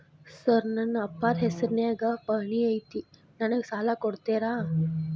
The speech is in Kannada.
ಸರ್ ನನ್ನ ಅಪ್ಪಾರ ಹೆಸರಿನ್ಯಾಗ್ ಪಹಣಿ ಐತಿ ನನಗ ಸಾಲ ಕೊಡ್ತೇರಾ?